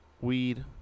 weed